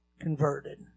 converted